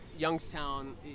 youngstown